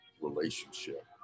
relationship